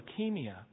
leukemia